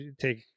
Take